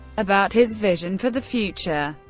about his vision for the future.